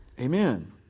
Amen